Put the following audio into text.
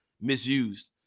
misused